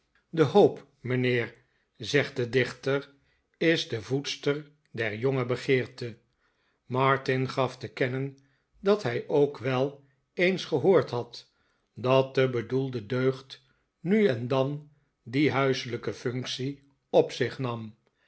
de hoop mijnheer zegt de dichter is de voedster der jonge begeerte martin gaf te kennen dat hij ook wel eens gehoord had dat de bedoelde deugd nu en dan die huiselijke functie op zich nam